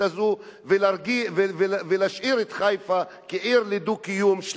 הזאת ולהשאיר את חיפה כעיר שלווה של דו-קיום.